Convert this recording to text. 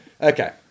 Okay